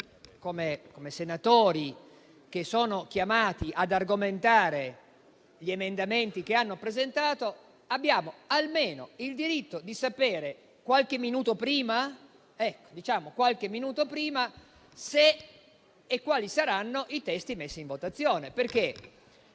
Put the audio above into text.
come senatori chiamati ad argomentare gli emendamenti presentati, abbiamo almeno il diritto di sapere qualche minuto prima quali saranno i testi messi in votazione. Abbiamo